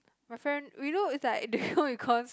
my friend we know is like the home-econs